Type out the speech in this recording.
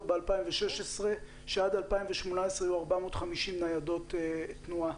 ב-2016 שעד 2018 יהיו 450 ניידות תנועה.